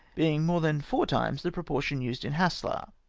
being more than four times the proportion used in haslar.